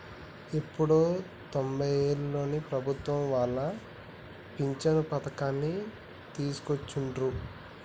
ఎప్పుడో తొంబైలలోనే ప్రభుత్వం వాళ్ళు పించను పథకాన్ని తీసుకొచ్చిండ్రు